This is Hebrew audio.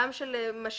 גם של משקיעים,